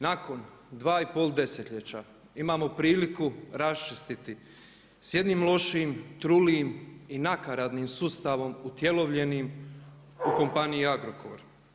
Nakon dva i pol desetljeća imamo priliku raščistiti s jednim lošim, trulim i nakaradnim sustavom utjelovljenim u kompaniji Agrokor.